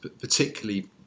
particularly